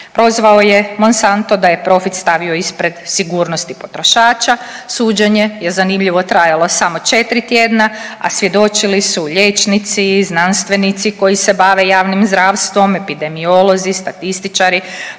Prozvao je Monsanto da je profit stavio ispred sigurnosti potrošača, suđenje je zanimljivo trajalo samo 4 tjedna, a svjedočili su liječnici i znanstvenici koji se bave javnim zdravstvom, epidemiolozi, statističari,